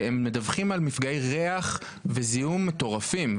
הם מדווחים על מפגעי ריח וזיהום מטורפים.